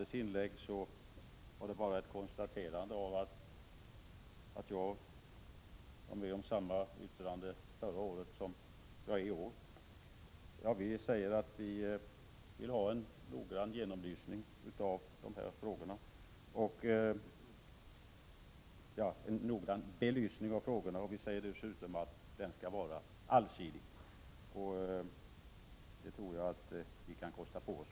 Men nästa år vid den här tiden, Per Stenmarck, kanske vi, om vi då tillhör denna kammare, kan diskutera frågan och ha mer kött på benen. Man skall dock inte vara för säker. Vad gäller Ulla Tillanders inlägg konstaterade hon bara att jag avgav samma yttrande förra året som i år. Vi vill ha en noggrann genomlysning av dessa frågor som dessutom skall vara allsidig. Det tror jag att vi kan kosta på OSS.